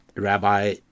Rabbi